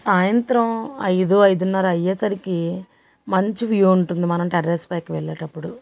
సాయంత్రం ఐదు ఐదున్నర అయ్యేసరికి మంచి వ్యూ ఉంటుంది మనం టెర్రస్పైకి వెళ్ళేటప్పుడు